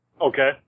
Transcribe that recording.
Okay